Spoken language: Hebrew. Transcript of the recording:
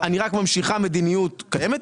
אני רק ממשיכה מדיניות קיימת,